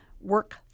work